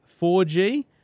4G